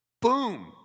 Boom